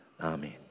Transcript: Amen